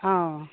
অ